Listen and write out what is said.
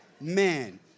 Man